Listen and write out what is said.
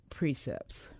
precepts